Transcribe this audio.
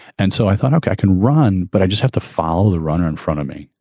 and so i thought, ok, i can run, but i just have to follow the runner in front of me.